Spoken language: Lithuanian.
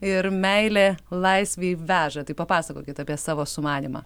ir meilė laisvei veža tai papasakokit apie savo sumanymą